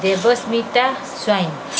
Debasmita Swain